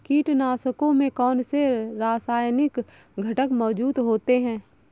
कीटनाशकों में कौनसे रासायनिक घटक मौजूद होते हैं?